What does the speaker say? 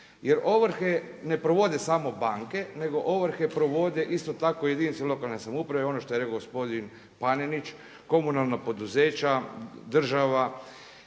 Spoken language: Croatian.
Jer ovrhe ne provode samo banke nego ovrhe provode isto tako jedinice lokalne samouprave i ono što je rekao gospodin Panenić, komunalna poduzeća, država.